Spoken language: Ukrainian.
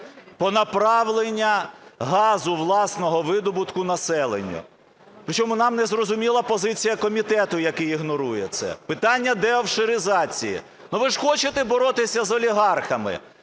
про направлення газу власного видобутку населенню. При чому нам незрозуміла позиція комітету, який ігнорує це. Питання деофшоризації. Ну, ви ж хочете боротися з олігархами?